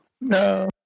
No